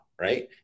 right